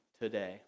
today